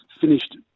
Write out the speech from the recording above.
finished